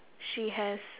she has